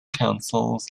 councils